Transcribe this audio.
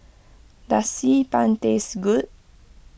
does Xi Ban taste good